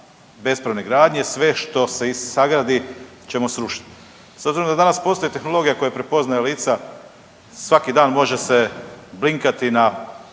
bespravne gradnje sve što se i sagradi ćemo srušit. S obzirom da danas postoji tehnologija koja prepoznaje lica svaki dan može se blinkati na